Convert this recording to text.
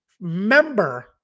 Member